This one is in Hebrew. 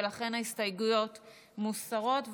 ולכן ההסתייגויות מוסרות.